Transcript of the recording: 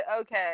okay